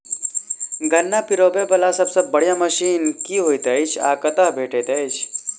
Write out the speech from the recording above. गन्ना पिरोबै वला सबसँ बढ़िया मशीन केँ होइत अछि आ कतह भेटति अछि?